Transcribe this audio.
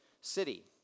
city